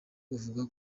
uvuga